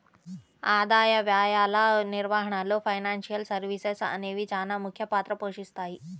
ఆదాయ వ్యయాల నిర్వహణలో ఫైనాన్షియల్ సర్వీసెస్ అనేవి చానా ముఖ్య పాత్ర పోషిత్తాయి